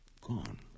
gone